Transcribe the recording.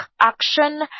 action